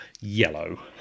yellow